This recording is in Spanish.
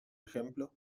ejemplo